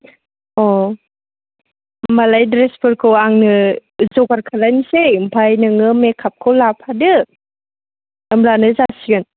अ होम्बालाय ड्रेसफोरखौ आंनो जगार खालामनोसै ओमफ्राय नोङो मेकआपखौ लाफादो होमब्लानो जासिगोन